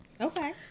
Okay